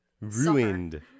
Ruined